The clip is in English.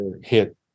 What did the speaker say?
hit